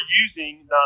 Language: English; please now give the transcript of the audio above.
using